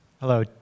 Hello